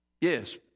yes